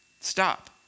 stop